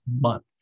month